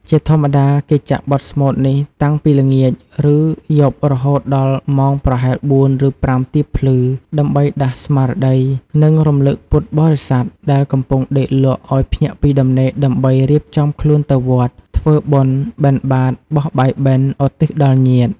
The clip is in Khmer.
ជាធម្មតា គេចាក់បទស្មូតនេះតាំងពីល្ងាច ឬយប់រហូតដល់ម៉ោងប្រហែល ៤ ឬ ៥ ទៀបភ្លឺ ដើម្បីដាស់ស្មារតី និងរំឭកពុទ្ធបរិស័ទដែលកំពុងដេកលក់ឲ្យភ្ញាក់ពីដំណេក ដើម្បីរៀបចំខ្លួនទៅវត្ត ធ្វើបុណ្យបិណ្ឌបាត្របោះបាយបិណ្ឌឧទ្ទិសដល់ញាតិ។